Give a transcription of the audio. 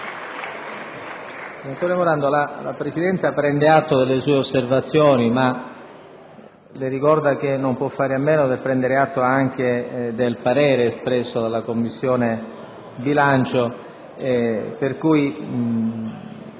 Senatore Morando, la Presidenza prende atto delle sue osservazioni, ma le ricorda che non può fare a meno del prendere atto anche del parere espresso dalla Commissione bilancio, per cui